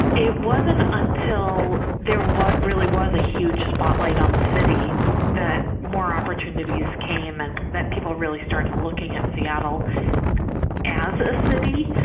it wasn't until there really was a huge spotlight on the city that more opportunities came and that people really started looking at seattle as a city.